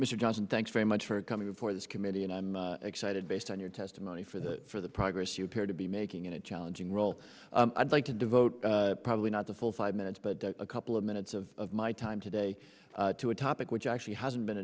mr johnson thanks very much for coming before this committee and i'm excited based on your testimony for the for the progress you appear to be making in a challenging role i'd like to devote probably not the full five minutes but a couple of minutes of my time today to a topic which actually hasn't been